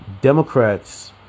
Democrats